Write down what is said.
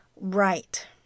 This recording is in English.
right